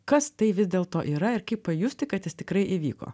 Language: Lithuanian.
kas tai vis dėlto yra ir kaip pajusti kad jis tikrai įvyko